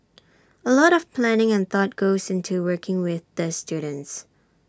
A lot of planning and thought goes into working with these students